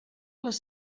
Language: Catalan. les